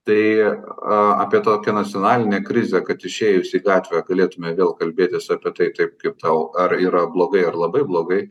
tai apie tokią nacionalinę krizę kad išėjus į gatvę galėtume vėl kalbėtis apie tai taip kaip tau ar yra blogai ar labai blogai